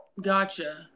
Gotcha